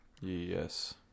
Yes